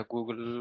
Google